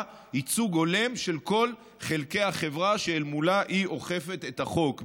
ייצוג הולם של כל חלקי החברה שאל מולה היא אוכפת את החוק,